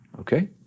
Okay